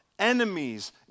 Enemies